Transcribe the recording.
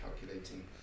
calculating